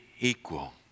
equal